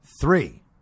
Three